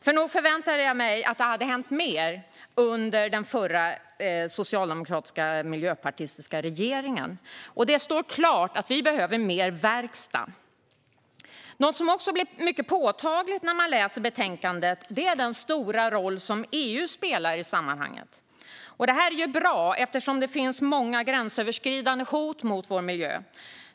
För nog förväntade jag mig att det hade hänt mer under den förra socialdemokratiska och miljöpartistiska regeringen. Det står klart att vi behöver mer verkstad! Något som också blir mycket påtagligt när man läser betänkandet är den stora roll som EU spelar i sammanhanget. Det är bra eftersom det finns många gränsöverskridande hot mot vår miljö.